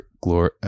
glory